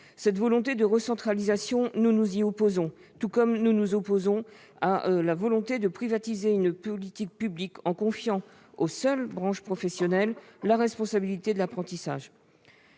cette volonté de recentralisation, tout comme nous nous opposons à celle de privatiser une politique publique en confiant aux seules branches professionnelles la responsabilité de l'apprentissage.